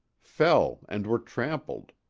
fell and were trampled,